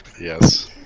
Yes